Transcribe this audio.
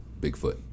Bigfoot